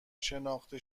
شناخته